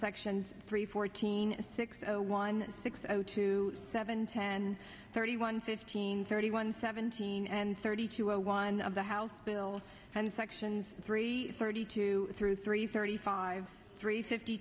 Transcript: sections three fourteen six zero one six zero two seven ten thirty one fifteen thirty one seventeen and thirty two one of the house bill and sections three thirty two through three thirty five three fifty